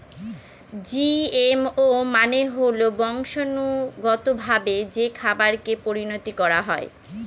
GMO মানে হল বংশানুগতভাবে যে খাবারকে পরিণত করা হয়